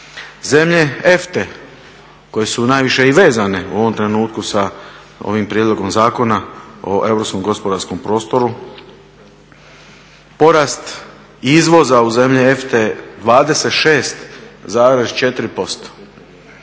Zemlje EFTA-e koje su najviše i vezane u ovom trenutku sa ovim prijedlogom Zakona o europskom gospodarskom prostoru, porast izvoza u zemlje EFTA-e 26,4%